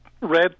red